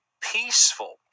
peaceful